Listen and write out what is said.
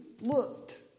looked